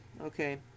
okay